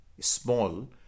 small